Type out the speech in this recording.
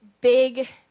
big